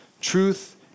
Truth